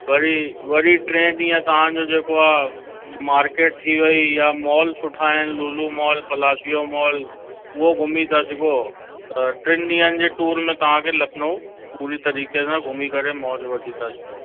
वरी वरी टे ॾींहं तव्हांजो जेको आहे मार्केट थी वई यां मॉल सुठा आहिनि लूलू मॉल पलाशीयो मॉल उहो घुमी था सघो त टिनि ॾींहनि जे टूर में तव्हांखे लखनऊ पूरी तरीक़े सां घुमी करे मौज वठी था सघो